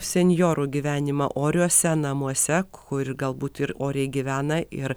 senjorų gyvenimą oriuose namuose kur galbūt ir oriai gyvena ir